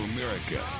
America